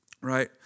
right